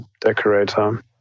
decorator